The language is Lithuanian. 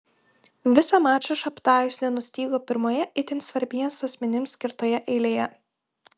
visą mačą šabtajus nenustygo pirmoje itin svarbiems asmenims skirtoje eilėje